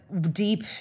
deep